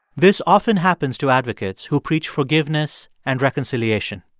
this often happens to advocates who preach forgiveness and reconciliation.